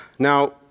Now